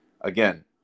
again